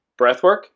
breathwork